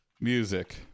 music